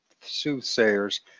soothsayers